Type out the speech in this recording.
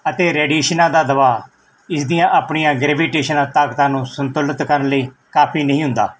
ਅਤੇ ਰੇਡੀਏਸ਼ਨਾਂ ਦਾ ਦਬਾਅ ਇਸ ਦੀਆਂ ਆਪਣੀਆਂ ਗ੍ਰੈਵੀਟੇਸ਼ਨਾਂ ਤਾਕਤਾਂ ਨੂੁੰ ਸੰਤੁਲਿਤ ਕਰਨ ਲਈ ਕਾਫੀ ਨਹੀਂ ਹੁੰਦਾ